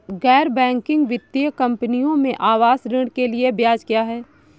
गैर बैंकिंग वित्तीय कंपनियों में आवास ऋण के लिए ब्याज क्या है?